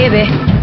¡Baby